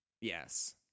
Yes